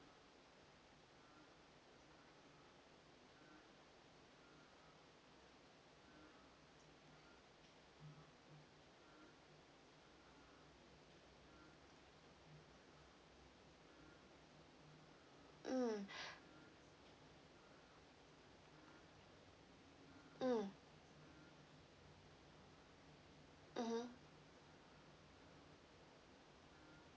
mm mm mmhmm